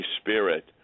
Spirit